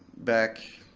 back